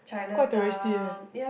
quite touristy eh